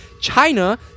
China